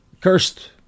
cursed